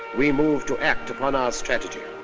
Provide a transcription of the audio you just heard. we moved to act upon our strategy.